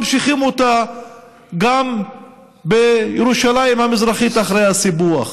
ממשיכים אותה גם בירושלים המזרחית אחרי הסיפוח.